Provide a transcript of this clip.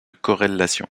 corrélation